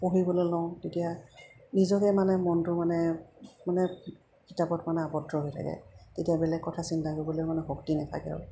পঢ়িবলৈ লওঁ তেতিয়া নিজকে মানে মনটো মানে মানে কিতাপত মানে আবদ্ধ হৈ থাকে তেতিয়া বেলেগ কথা চিন্তা কৰিবলৈ মানে শক্তি নাথাকে আৰু